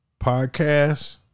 podcast